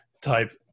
Type